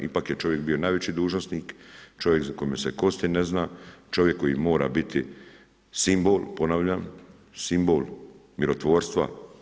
Ipak je čovjek bio najveći dužnosnik, čovjek za kome se kosti ne zna, čovjek koji mora biti simbol, ponavljam, simbol mirotvorstva.